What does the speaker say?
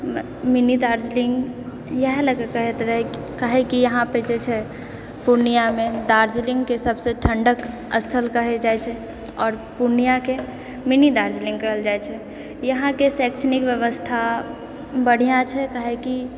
mini Darjeeling इएह लए कऽ कहैत रहै काहे कि इहाँ पर जे छै पूर्णियामे दार्जिलिङ्गके सभसँ ठण्डक स्थल कहल जाइत छै आओर पूर्णियाके मिनी दार्जिलिङ्ग कहल जाइत छै इहाँके शैक्षणिक व्यवस्था बढ़िआँ छै काहेकी